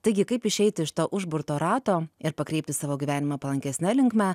taigi kaip išeit iš to užburto rato ir pakreipti savo gyvenimą palankesne linkme